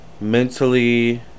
mentally